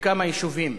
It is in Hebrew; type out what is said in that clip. בכמה יישובים